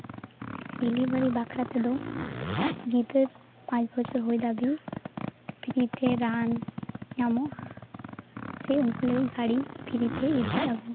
delivery ᱵᱟᱠᱷᱨᱟ ᱛᱮᱫᱚ ᱜᱤᱫᱟᱹᱨ ᱯᱟᱸᱪ ᱵᱚᱪᱷᱚᱨ ᱦᱩᱭ ᱫᱷᱟᱹᱵᱤᱡ ᱯᱷᱨᱤ ᱛᱮ ᱨᱟᱱ ᱧᱟᱢᱚᱜᱼᱟ ᱥᱮ ᱩᱱᱠᱩ ᱞᱟᱹᱜᱤᱫ ᱜᱟᱹᱰᱤ ᱯᱷᱨᱤᱛᱮ ᱤᱫᱤ ᱟᱹᱜᱩ